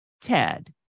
Ted